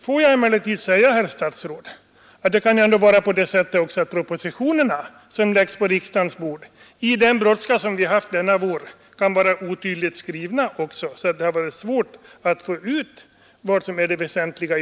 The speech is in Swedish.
Låt mig emellertid säga, herr statsråd, att det kan också vara på det sättet att de propositioner som läggs på riksdagens bord, i den brådska som vi haft denna vår, är otydligt skrivna, så att det är svårt att alla gånger få ut vad som är det väsentliga.